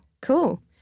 cool